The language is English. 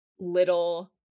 little